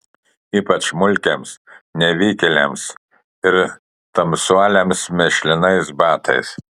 ypač mulkiams nevykėliams ir tamsuoliams mėšlinais batais